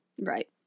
Right